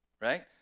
Right